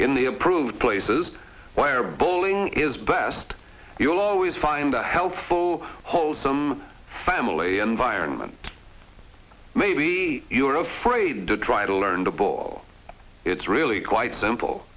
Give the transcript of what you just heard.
in the approved places where bowling is best you'll always find a helpful hole some family environment maybe you're afraid to try to learn the ball it's really quite simple